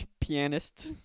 Pianist